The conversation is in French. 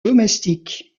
domestique